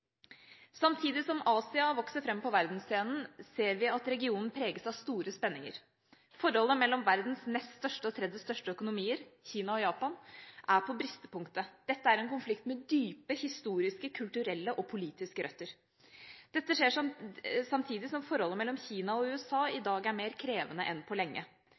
Samtidig som Asia vokser fram på verdensscenen, ser vi at regionen preges av store spenninger. Forholdet mellom verdens nest største og tredje største økonomier, Kina og Japan, er på bristepunktet. Dette er en konflikt med dype historiske, kulturelle og politiske røtter. Dette skjer samtidig som forholdet mellom Kina og USA i dag er mer krevende enn på lenge.